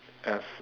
as